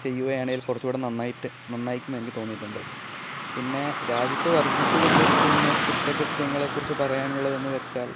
ചെയ്യുകയാണേൽ കുറച്ചുകൂടെ നന്നായിട്ട് നന്നായിക്കും എനിക്ക് തോന്നിയിട്ടുണ്ട് പിന്നെ രാജ്യത്ത് വർധിച്ചുകൊണ്ടിരിക്കുന്ന കുറ്റകൃത്യങ്ങളെക്കുറിച്ച് പറയാനുള്ളതെന്ന് വെച്ചാൽ